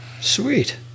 Sweet